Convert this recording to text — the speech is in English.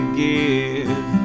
give